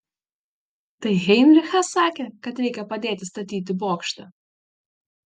tai heinrichas sakė kad reikia padėti statyti bokštą